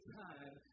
time